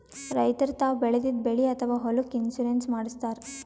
ರೈತರ್ ತಾವ್ ಬೆಳೆದಿದ್ದ ಬೆಳಿ ಅಥವಾ ಹೊಲಕ್ಕ್ ಇನ್ಶೂರೆನ್ಸ್ ಮಾಡಸ್ತಾರ್